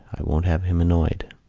i won't have him annoyed.